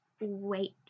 wait